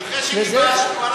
זהו.